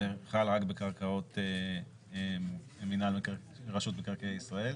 חל רק בקרקעות של רשות מקרקעי ישראל.